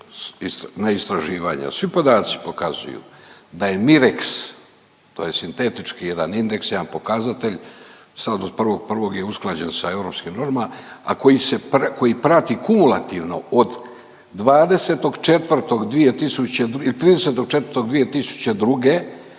ne istraživanja, svi podaci pokazuju da je Mirex, to je sintetički jedan indeks, jedan pokazatelj sad od 1.1. je usklađen sa europskim normama, a koji se pr…, koji prati kumulativno od 20.4.2000…,